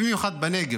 במיוחד בנגב.